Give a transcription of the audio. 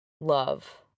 love